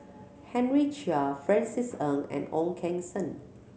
Henry Chia Francis Ng and Ong Keng Sen